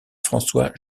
françois